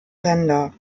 ränder